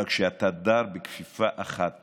אבל כשאתה דר בכפיפה אחת